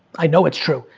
i know it's true,